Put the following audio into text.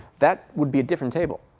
that would be a different table.